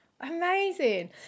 Amazing